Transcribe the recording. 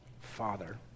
Father